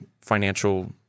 financial